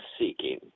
seeking